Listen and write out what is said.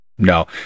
No